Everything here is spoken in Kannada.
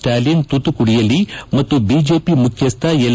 ಸ್ನಾಲಿನ್ ತುತುಕುಡಿಯಲ್ಲಿ ಮತ್ತು ಬಿಜೆಪಿ ಮುಖ್ಯಸ್ನ ಎಲ್